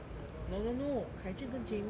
no no no kai jun 跟 jamie